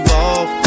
off